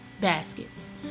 baskets